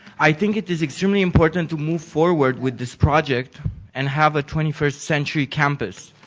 i think it is extremely important to move forward with this project and have a twenty first century campus.